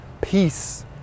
peace